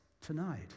tonight